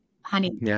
Honey